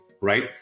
right